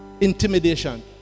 Intimidation